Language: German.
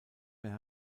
mehr